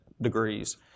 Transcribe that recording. degrees